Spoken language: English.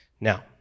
Now